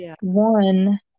one